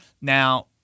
Now